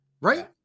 Right